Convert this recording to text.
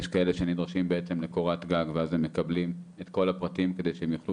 יש כאלה שנדרשים לקורת גג ואז הם מקבלים את כל הפרטים כדי שהם יוכלו